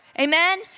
Amen